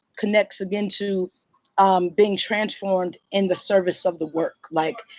connects, again, to um being transformed in the service of the work. like,